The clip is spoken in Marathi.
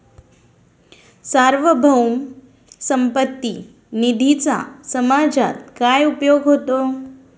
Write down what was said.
सार्वभौम संपत्ती निधीचा समाजात काय उपयोग होतो?